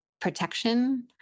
Protection